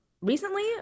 recently